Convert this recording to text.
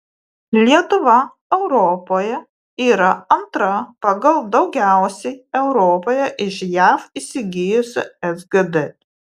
lietuva europoje yra antra pagal daugiausiai europoje iš jav įsigijusi sgd